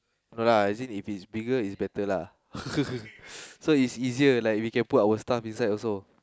no lah as in if it's bigger it's better lah so it's easier we can put our stuff inside also